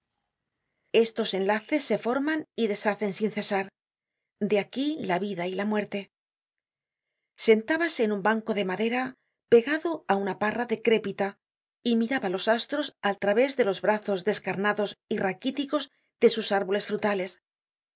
estos enlaces se forman y deshacen sin cesar de aquí la vida y la muerte sentábase en un banco de madera pegado á una parra decrépita y miraba los astros al través de los brazos descarnados y raquíticos de sus árboles frutales